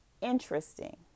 interesting